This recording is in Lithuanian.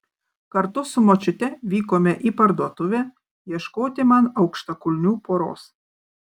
kartu su močiute vykome į parduotuvę ieškoti man aukštakulnių poros